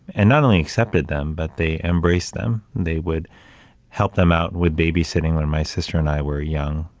and not only accepted them, but they embraced them. they would help them out with babysitting when my sister and i were young,